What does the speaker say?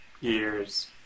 years